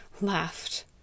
laughed